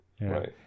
right